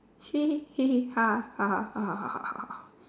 she